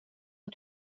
att